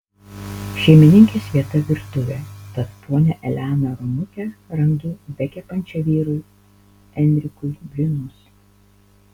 šeimininkės vieta virtuvė tad ponią eleną romutę randu bekepančią vyrui enrikui blynus